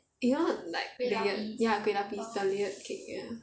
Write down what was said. you know like layered ya kueh lapis the layered cake ya